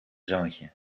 zoontje